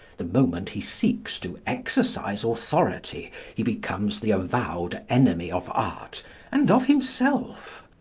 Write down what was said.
the moment he seeks to exercise authority he becomes the avowed enemy of art and of himself.